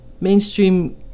mainstream